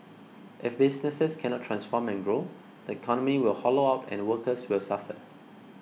if businesses cannot transform and grow the economy will hollow out and workers will suffer